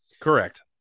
Correct